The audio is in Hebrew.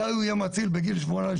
מתי הוא יהיה מציל בגיל 17,18?